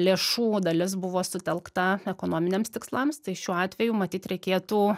lėšų dalis buvo sutelkta ekonominiams tikslams tai šiuo atveju matyt reikėtų